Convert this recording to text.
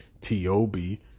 T-O-B